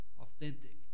authentic